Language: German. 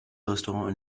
restaurant